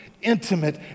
intimate